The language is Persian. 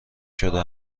شده